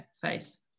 face